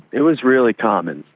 it was really common.